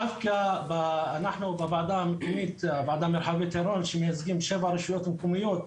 דווקא אנחנו בוועדה המרחבית עירון שמייצגים שבע רשויות מקומיות,